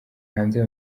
hanze